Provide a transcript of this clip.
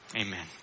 Amen